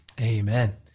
amen